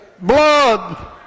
blood